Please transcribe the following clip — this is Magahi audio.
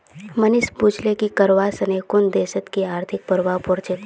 मनीष पूछले कि करवा सने कुन देशत कि आर्थिक प्रभाव पोर छेक